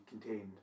contained